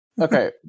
Okay